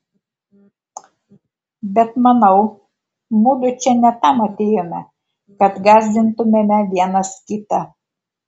bet manau mudu čia ne tam atėjome kad gąsdintumėme vienas kitą